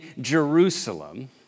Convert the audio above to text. Jerusalem